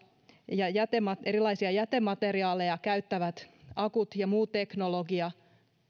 ja erilaisia jätemateriaaleja käyttävät akut ja muu teknologia